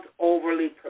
overly